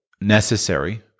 necessary